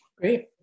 great